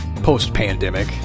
Post-pandemic